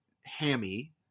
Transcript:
hammy